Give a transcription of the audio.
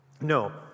No